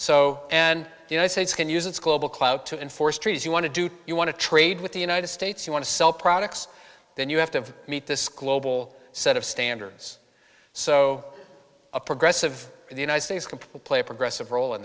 so and the ice age can use its global clout to enforce trees you want to do you want to trade with the united states you want to sell products then you have to meet this global set of standards so a progressive the united states can play a progressive role in